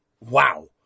wow